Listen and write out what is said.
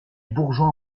bourgeois